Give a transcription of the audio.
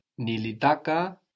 Nilitaka